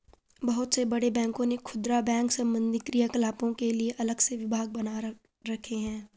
बहुत से बड़े बैंकों ने खुदरा बैंक संबंधी क्रियाकलापों के लिए अलग से विभाग बना रखे हैं